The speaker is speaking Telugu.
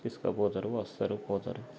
తీసుకుపోతారు వస్తారు పోతారు